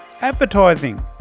advertising